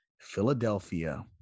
Philadelphia